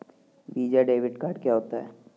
Visa debit card क्या होता है?